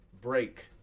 break